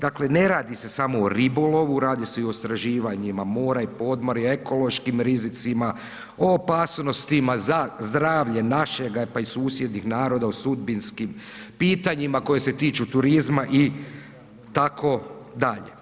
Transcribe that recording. Dakle, ne radi se samo o ribolovu, radi se i o istraživanjima mora i podmorja, ekološkim rizicima, o opasnostima za zdravlje našega, pa i susjednih naroda o sudbinskim pitanjima koje se tiču turizma itd.